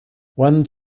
one